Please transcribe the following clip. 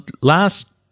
last